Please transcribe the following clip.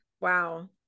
Wow